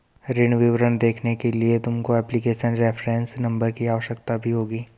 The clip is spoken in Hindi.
ऋण विवरण देखने के लिए तुमको एप्लीकेशन रेफरेंस नंबर की आवश्यकता भी होगी